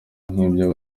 nk’ibyo